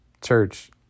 church